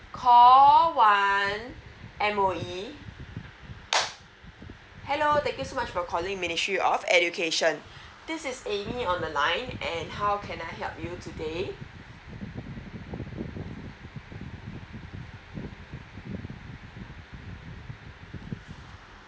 call one M_O_E hello thank you so much for calling ministry of education this is a m m y on the line and how can I help you today